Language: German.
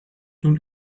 nun